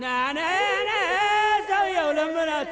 no no no no no